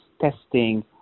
testing